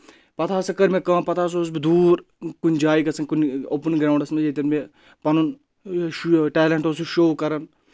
پَتہٕ ہَسا کٔر مےٚ کٲم پَتہٕ ہَسا اوسُس بہٕ دوٗر کُنہِ جایہِ گژھان کُنہِ اوپُن گرٛاوُنٛڈَس منٛز ییٚتؠن مےٚ پَنُن ٹیلَنٹ اوسُس شو کَران